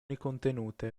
contenute